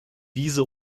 diese